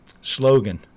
slogan